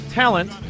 talent